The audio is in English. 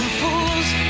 fools